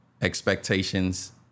expectations